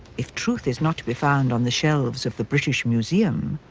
if truth is not to be found on the shelves of the british museum,